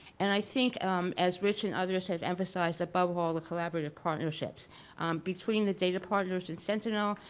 and i think um as rich and others have emphasized, above all the collaborative partnerships between the data partners and sentinel,